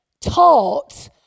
taught